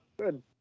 good